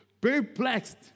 perplexed